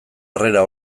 harrera